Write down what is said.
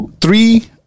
three